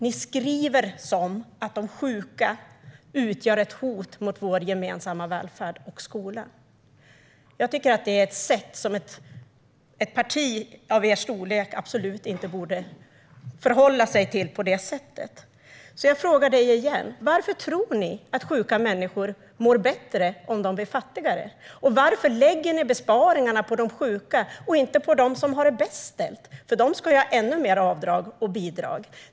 Ni beskriver det som att de sjuka utgör ett hot mot vår gemensamma välfärd och skola. Jag tycker att ett parti av er storlek absolut inte borde förhålla sig till det på det sättet. Därför frågar jag dig igen: Varför tror ni att sjuka människor mår bättre om de blir fattigare? Och varför lägger ni besparingarna på de sjuka och inte på dem som har det bäst ställt? De ska ju ha ännu mer avdrag och bidrag.